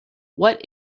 what